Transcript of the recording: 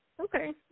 Okay